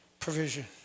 provision